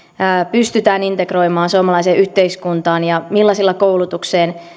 pystytään integroimaan suomalaiseen yhteiskuntaan ja millaisilla koulutukseen